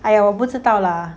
!aiya! 我不知道 lah